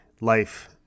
Life